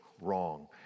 wrong